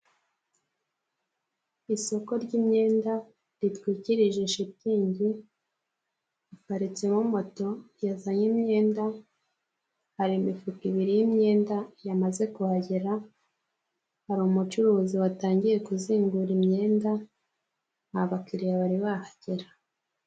Isoko ry'imyenda, ritwikirije shitingi, haparitsemo moto yazanye imyenda, hari imifuka ibiri y'imyenda yamaze kuhagera, hari umucuruzi watangiye kuzingura imyenda, nta bakiriya bari bahagera.